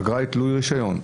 אגרה היא תלוי רישיון.